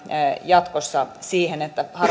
jatkossa siihen että harmaan